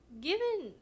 Given